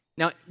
Now